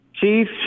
Chief